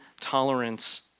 tolerance